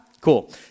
Cool